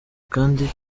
kandi